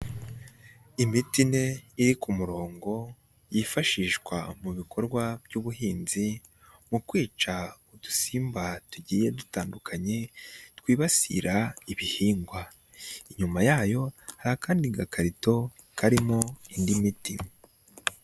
Imiti ine iri ku murongo, yifashishwa mu bikorwa by'ubuhinzi, mu kwica udusimba tugiye dutandukanye, twibasira ibihingwa. Inyuma yayo, hari akandi gakarito, karimo indi miti.